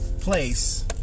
place